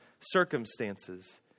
circumstances